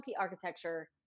architecture